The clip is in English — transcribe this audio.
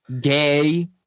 Gay